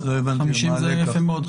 50% זה יפה מאוד.